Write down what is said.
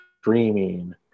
streaming